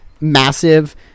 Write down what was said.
massive